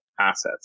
assets